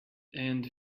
and